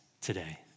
today